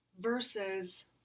versus